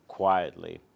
Quietly